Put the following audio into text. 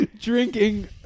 drinking